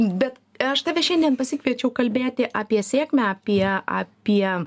bet aš tave šiandien pasikviečiau kalbėti apie sėkmę apie apie